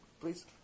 please